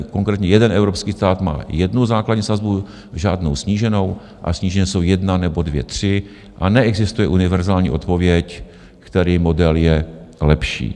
Konkrétně jeden evropský stát má jednu základní sazbu, žádnou sníženou a snížené jsou jedna nebo dvě, tři a neexistuje univerzální odpověď, který model je lepší.